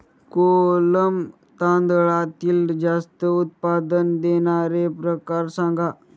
कोलम तांदळातील जास्त उत्पादन देणारे प्रकार सांगा